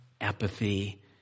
apathy